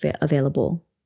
available